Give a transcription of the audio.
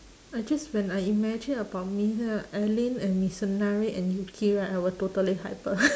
I just when I imagine about me uh alyn and mitsunari and yuki right I will totally hyper